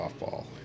softball